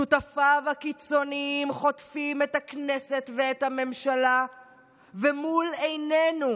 שותפיו הקיצוניים חוטפים את הכנסת ואת הממשלה ומול עינינו